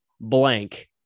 blank